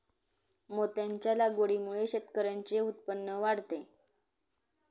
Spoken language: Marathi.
मोत्यांच्या लागवडीमुळे शेतकऱ्यांचे उत्पन्न वाढते